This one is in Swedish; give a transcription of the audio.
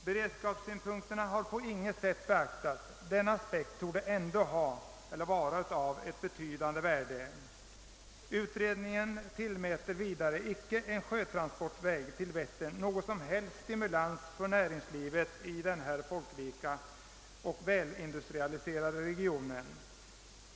Beredskapssynpunkterna har på intet vis beaktats, trots att denna aspekt torde ha ett betydande värde. Utredningen tillmäter vidare icke en sjötransportväg till Vättern någon som helst stimulans för näringslivet i denna folkrika välindustrialiserade region.